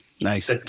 Nice